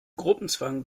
gruppenzwang